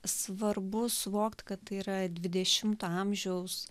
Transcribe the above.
svarbu suvokt kad tai yra dvidešimto amžiaus